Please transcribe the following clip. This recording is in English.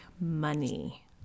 money